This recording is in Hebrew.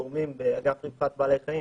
גורמים באגף רווחת בעלי חיים